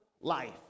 life